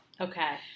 Okay